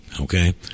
okay